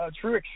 true